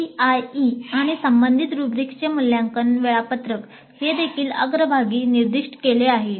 CIE मूल्यांकन वेळापत्रक हे देखील अग्रभागी निर्दिष्ट केले आहे